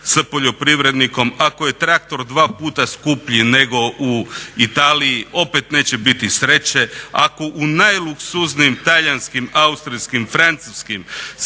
sa poljoprivrednikom. Ako je traktor dva puta skuplji nego u Italiji opet neće biti sreće. Ako u najluksuznijim talijanskim, austrijskim, francuskim